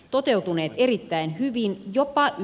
toteutuneet erittäin hyviin ja ay